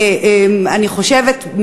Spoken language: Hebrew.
אני חושבת,